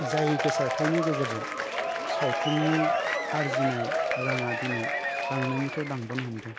जाय गोसारथायनि गेजेरजों सावथुननि आरजिनाय रांआ दिनै बांनायनिफ्राय बांबोनो हमदों